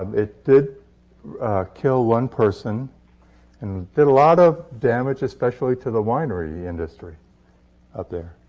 um it did kill one person and did a lot of damage, especially to the winery industry up there.